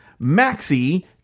Maxi